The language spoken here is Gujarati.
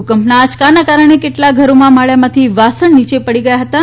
ભૂકંપના આંચકાને કારણે કેટલાક ઘરોમાં માળિયામાંથી વાસણ નીચે પડ્યા હતાં